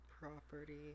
property